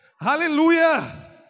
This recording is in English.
Hallelujah